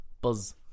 Buzz